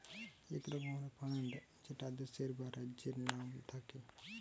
এক রকমের ফান্ড যেটা দেশের বা রাজ্যের নাম থাকে